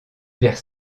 vers